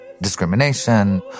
discrimination